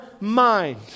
mind